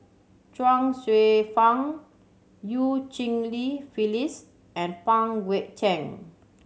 Chuang Hsueh Fang Eu Cheng Li Phyllis and Pang Guek Cheng